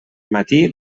matí